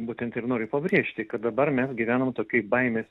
būtent ir noriu pabrėžti kad dabar mes gyvenam tokioj baimės